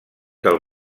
del